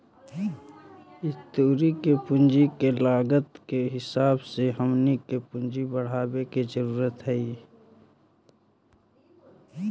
ई तुरी के पूंजी के लागत के हिसाब से हमनी के पूंजी बढ़ाबे के जरूरत हई